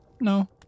No